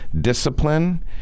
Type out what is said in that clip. discipline –